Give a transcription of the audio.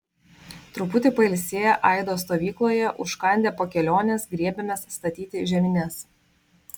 truputį pailsėję aido stovykloje užkandę po kelionės griebėmės statyti žemines